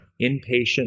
inpatient